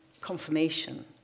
confirmation